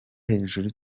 hejuru